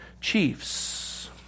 chiefs